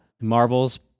Marbles